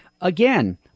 again